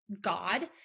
God